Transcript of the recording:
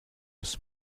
his